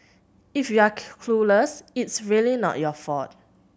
if you're clueless it's really not your fault